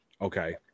Okay